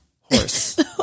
Horse